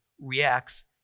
reacts